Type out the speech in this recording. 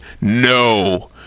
No